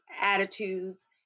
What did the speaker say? attitudes